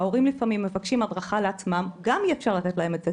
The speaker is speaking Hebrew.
וההורים לפעמים מבקשים הדרכה לעצמם - גם אי אפשר לתת להם את זה,